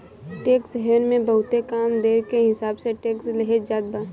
tax haven मे बहुते कम दर के हिसाब से टैक्स लेहल जात बा